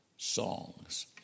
songs